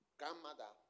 grandmother